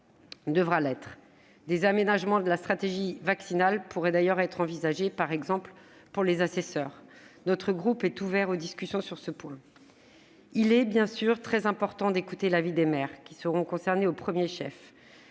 mis en oeuvre. Des aménagements de la stratégie vaccinale pourraient d'ailleurs être envisagés, par exemple pour les assesseurs. Notre groupe est ouvert aux discussions sur ce point. Il est bien sûr très important d'écouter l'avis des maires, qui seront concernés au premier chef,